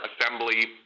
assembly